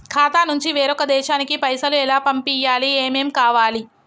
ఖాతా నుంచి వేరొక దేశానికి పైసలు ఎలా పంపియ్యాలి? ఏమేం కావాలి?